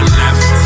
left